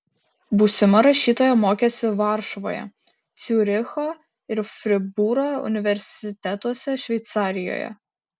būsima rašytoja mokėsi varšuvoje ciuricho ir fribūro universitetuose šveicarijoje